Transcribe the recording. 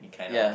ya